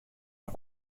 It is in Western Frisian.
der